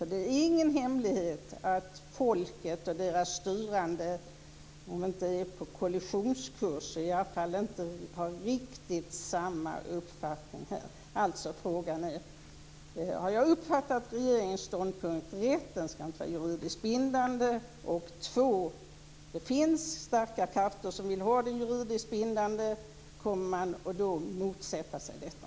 Det är ingen hemlighet att folket och de styrande kanske inte är på kollisionskurs, men de har inte riktigt samma uppfattning om det här. Frågan är alltså: Har jag uppfattat regeringens ståndpunkt rätt om att stadgan inte ska vara juridiskt bindande? Det finns starka krafter som vill ha den juridiskt bindande. Kommer man att motsätta sig detta?